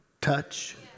touch